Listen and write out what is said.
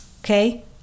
okay